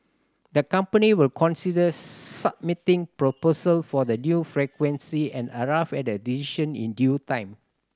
the company will consider submitting proposal for the new frequency and arrive at a decision in due time